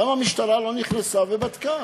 למה המשטרה לא נכנסה ובדקה